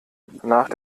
nach